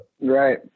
Right